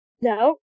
no